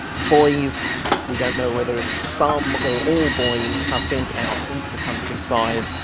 boys we don't know whether it's some or all boys are sent out into the countryside,